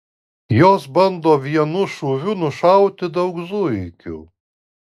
jos bando vienu šūviu nušauti daug zuikių